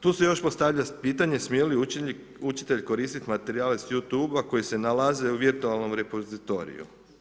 Tu se još postavlja pitanje smije li učitelj koristiti materijale s You Tube-a koji se nalaze u virtualnom repozitoriju.